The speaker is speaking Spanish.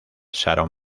sharon